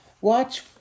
Watch